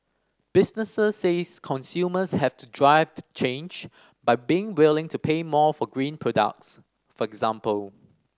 businesses says consumers have to drive to change by being willing to pay more for green products for example